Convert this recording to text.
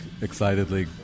excitedly